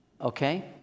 okay